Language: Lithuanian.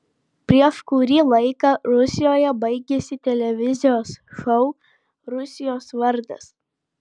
prieš kurį laiką rusijoje baigėsi televizijos šou rusijos vardas